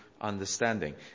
understanding